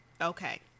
Okay